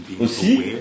aussi